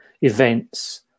events